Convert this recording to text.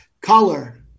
Color